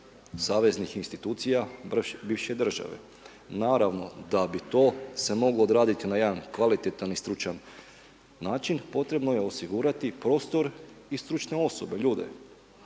saveznih institucija bivše države. Naravno da bi se to moglo odraditi na jedan kvalitetan i stručan način, potrebno je osigurati prostor i stručne osobe, ljude,